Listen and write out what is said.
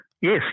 Yes